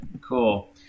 Cool